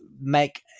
make